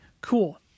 cool